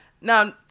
Now